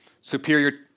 superior